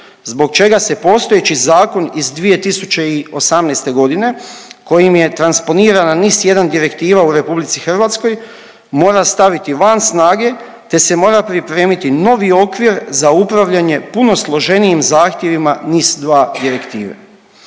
zbog čega se postojeći zakon iz 2018.g. kojim je transponirana NIS1 direktiva u RH mora staviti van snage te se mora pripremiti novi okvir za upravljanje puno složenijim zahtjevima NIS2 direktive.